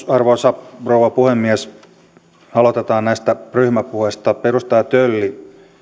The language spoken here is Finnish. arvoisa rouva puhemies aloitetaan näistä ryhmäpuheista edustaja tölli